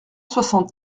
soixante